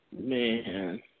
Man